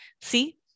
see